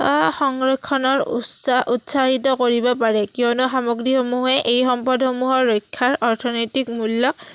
সংৰক্ষণৰ উৎাহ উৎসাহিত কৰিব পাৰে কিয়নো সামগ্ৰীসমূহে এই সম্পদসমূহৰ ৰক্ষাৰ অৰ্থনৈতিক মূল্যক